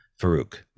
Farouk